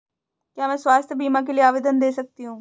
क्या मैं स्वास्थ्य बीमा के लिए आवेदन दे सकती हूँ?